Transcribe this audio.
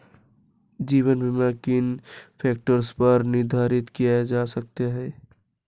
जीवन बीमा किन फ़ैक्टर्स पर निर्धारित किया जा सकता है?